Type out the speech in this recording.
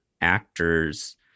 actors